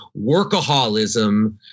workaholism